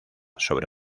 sobre